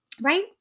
right